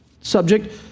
subject